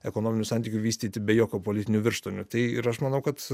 ekonominių santykių vystyti be jokių politinių virštonių tai ir aš manau kad